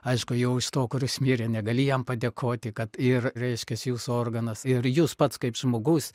aišku jau iš to kuris mirė negali jam padėkoti kad ir reiškias jūsų organas ir jūs pats kaip žmogus